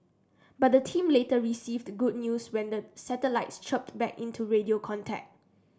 but the team later received good news when the satellites chirped back into radio contact